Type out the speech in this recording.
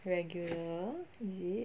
regular is it